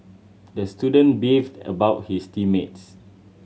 the student beefed about his team mates